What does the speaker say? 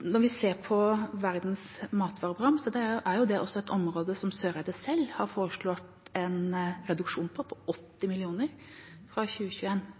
Når vi ser på Verdens matvareprogram, er dette også et område som Søreide selv har foreslått en reduksjon på 80 mill. kr på